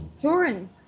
Joran